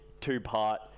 two-part